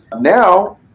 now